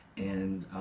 and.